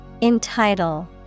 Entitle